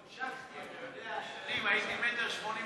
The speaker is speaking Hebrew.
אתה יודע, שנים הייתי 1.82 מטר.